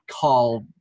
call